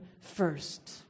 first